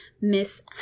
miss